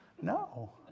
No